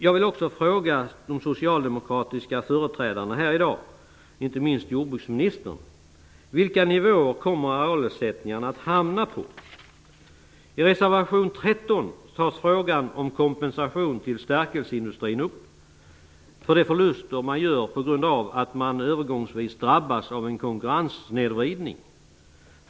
Jag vill också fråga de socialdemokratiska företrädarna här i dag och inte minst jordbruksministern: Vilken nivå kommer arealersättningarna att hamna på? I reservation nr 13 tas frågan upp om kompensation till stärkelseindustrin för de förluster man gör på grund av att man övergångsvis drabbas av en konkurrenssnedvridning.